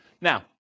Now